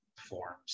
forms